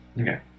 Okay